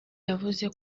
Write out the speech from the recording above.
yavuze